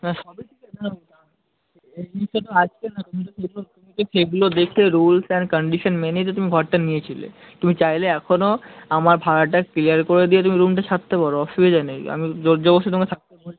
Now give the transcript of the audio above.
হ্যাঁ সবই ঠিক আছে এই জিনিসটা তো আজকের না তুমি তো সেগুলো তুমি তো সেগুলো দেখে রুলস অ্যান্ড কন্ডিশান মেনেই তো তুমি ঘরটা নিয়েছিলে তুমি চাইলে এখনও আমার ভাড়াটা ক্লিয়ার করে দিয়ে তুমি রুমটা ছাড়তে পারো অসুবিধা নেই আমি জোর জবরদস্তি তোমায় থাকতে বলছি না